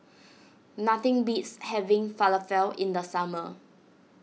nothing beats having Falafel in the summer